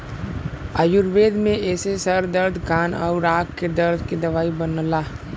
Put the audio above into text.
आयुर्वेद में एसे सर दर्द कान आउर आंख के दर्द के दवाई बनला